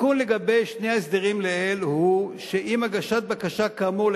התיקון לגבי שני ההסדרים לעיל הוא שעם הגשת בקשה כאמור,